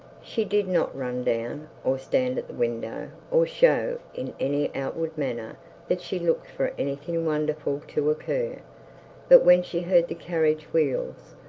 she did not run down or stand at the window, or show in any outward manner that she looked for anything wonderful to occur but, when she heard the carriage-wheels,